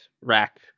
Rack